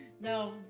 no